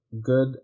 Good